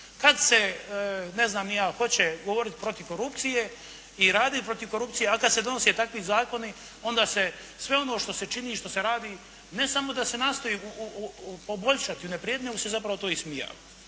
za to ne glasuje. Kad se hoće govoriti protiv korupcije i raditi protiv korupcije, a kad se donose takvi zakoni, onda se sve ono što se čini i što se radi, ne samo da se nastoji poboljšati unaprijednjom, onda se zapravo to ismijava.